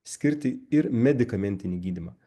skirti ir medikamentinį gydymą